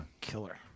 killer